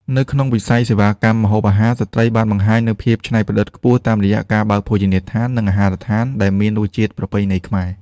នៅក្នុងវិស័យសេវាកម្មម្ហូបអាហារ ស្ត្រីបានបង្ហាញនូវភាពច្នៃប្រឌិតខ្ពស់តាមរយៈការបើកភោជនីយដ្ឋាន និងអាហារដ្ឋានដែលមានរសជាតិប្រពៃណីខ្មែរ។